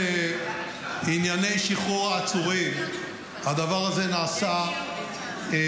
לריכוזי האוכלוסייה במרכז הארץ אין